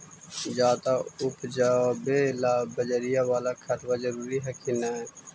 ज्यादा उपजाबे ला बजरिया बाला खदबा जरूरी हखिन न?